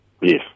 Yes